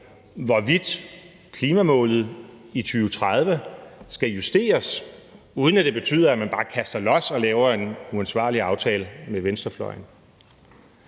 hvorvidt klimamålet i 2030 skal justeres, uden at det betyder, at man bare kaster los og laver en uansvarlig aftale med venstrefløjen.